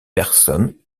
personnes